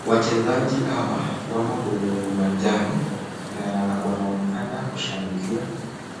Wachezaji hawa wamo kwenye uwanjani na wanaonekana kushangilia